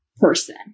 person